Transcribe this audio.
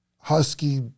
husky